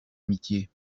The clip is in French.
amitié